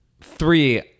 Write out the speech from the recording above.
three